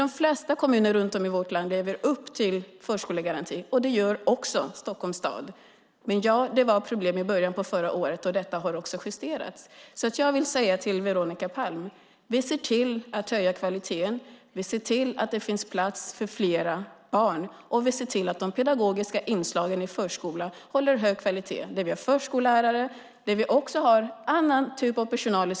De flesta kommuner i vårt land lever dock upp till förskolegarantin, och det gör också Stockholms stad. Ja, det var problem i början av förra året, men detta har justerats. Jag vill alltså säga till Veronica Palm att vi ser till att höja kvaliteten, vi ser till att det finns plats för flera barn och vi ser till att de pedagogiska inslagen i förskolan håller hög kvalitet. Vi har förskollärare, men vi har också annan typ av personal.